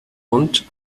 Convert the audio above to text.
und